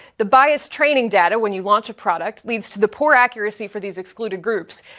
the bias training data when you launch a product leads to the poor accuracy for these excluded groups.